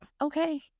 Okay